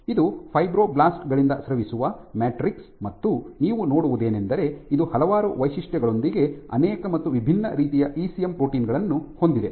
ಇದು ಫೈಬ್ರೊಬ್ಲಾಸ್ಟ್ ಗಳಿಂದ ಸ್ರವಿಸುವ ಮ್ಯಾಟ್ರಿಕ್ಸ್ ಮತ್ತು ನೀವು ನೋಡುವುದೇನೆಂದರೆ ಇದು ಹಲವಾರು ವೈಶಿಷ್ಟ್ಯಗಳೊಂದಿಗೆ ಅನೇಕ ಮತ್ತು ವಿಭಿನ್ನ ರೀತಿಯ ಇಸಿಎಂ ಪ್ರೋಟೀನ್ ಗಳನ್ನು ಹೊಂದಿದೆ